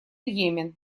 йемен